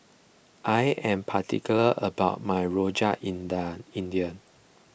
I am particular about my Rojak India